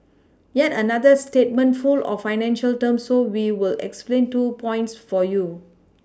yet another statement full of financial terms so we will explain two points for you